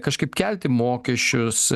kažkaip kelti mokesčius